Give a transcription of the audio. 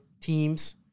teams